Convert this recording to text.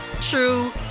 true